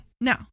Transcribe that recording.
No